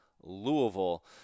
Louisville